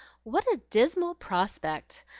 what a dismal prospect!